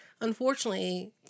Unfortunately